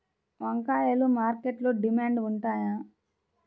వంకాయలు మార్కెట్లో డిమాండ్ ఉంటాయా?